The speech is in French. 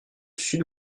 sud